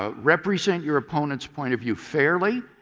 ah represent your opponent's point of view fairly,